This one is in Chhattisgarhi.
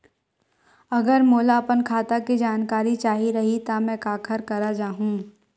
अगर मोला अपन खाता के जानकारी चाही रहि त मैं काखर करा जाहु?